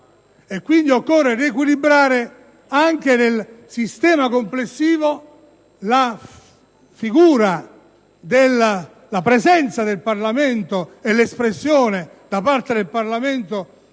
Quindi, occorre riequilibrare anche nel sistema complessivo la presenza del Parlamento e l'espressione, da parte del Parlamento,